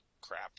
crap